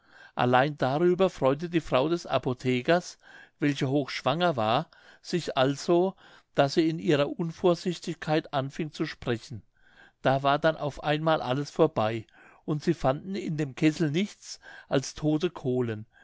allein darüber freute die frau des apothekers welche hochschwanger war sich also daß sie in ihrer unvorsichtigkeit anfing zu sprechen da war denn auf einmal alles vorbei und sie fanden in dem kessel nichts als todte kohlen